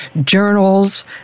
journals